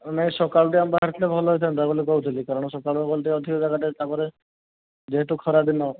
ନାଇଁ ସକାଳୁ ଟିକିଏ ଆମେ ବାହାରିଥିଲେ ଭଲ ହୋଇଥାନ୍ତା ବୋଲି କହୁଥିଲି କାରଣ ସକାଳୁ ଗଲେ ଟିକିଏ ଅଧିକ ଜାଗା ଟିକିଏ ବୁଲିଥାନ୍ତେ ତା'ପରେ ଯେହେତୁ ଖରାଦିନ